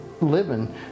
living